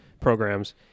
Programs